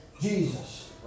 Jesus